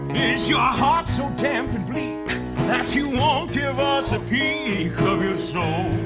is your heart so damp and bleak, that you won't give us a peek of your soul?